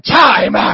time